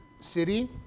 city